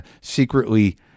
secretly